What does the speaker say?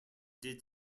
did